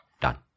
Done